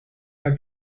are